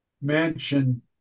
mansion